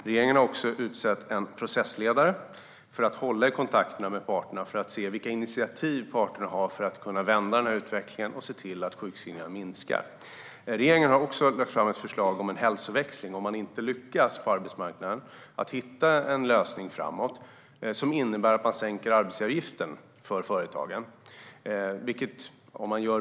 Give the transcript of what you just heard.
Regeringen har utsett en processledare som ska hålla i kontakterna med parterna för att se vilka initiativ parterna kan ta för att vända utvecklingen och se till att sjukskrivningarna minskar. Regeringen har också lagt fram ett förslag om hälsoväxling - ifall man inte lyckas med att hitta en lösning på arbetsmarknaden. Förslaget innebär att arbetsgivaravgiften för företagen sänks.